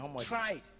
Tried